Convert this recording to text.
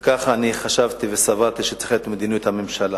וכך אני חשבתי וסברתי שצריכה להיות מדיניות הממשלה.